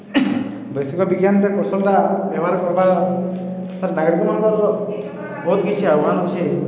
ବୈଷୟିକ ବିଜ୍ଞାନ୍ରେ କୌଶଳ୍ଟା ବ୍ୟବହାର୍ କର୍ବାର୍ ତାର୍ ନାଗରିକମାନ୍କର୍ ବହୁତ୍ କିଛି ଆହ୍ୱାନ୍ ଅଛେ